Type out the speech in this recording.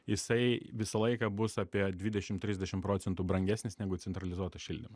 jisai visą laiką bus apie dvidešim trisdešim procentų brangesnis negu centralizuoto šildymo